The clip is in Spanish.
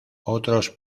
otros